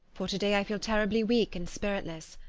for to-day i feel terribly weak and spiritless.